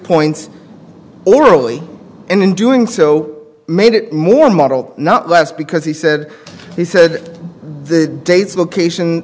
points orally and in doing so made it more modeled not last because he said he said the dates location